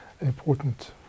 important